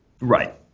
Right